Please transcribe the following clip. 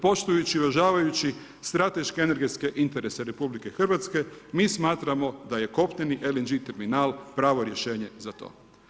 Poštujući i uvažavajući strateške energetske interese RH mi smatramo da je kopneni LNG terminal pravo rješenje za to.